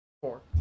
Four